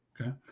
Okay